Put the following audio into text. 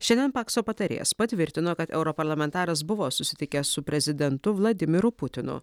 šiandien pakso patarėjas patvirtino kad europarlamentaras buvo susitikęs su prezidentu vladimiru putinu